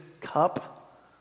cup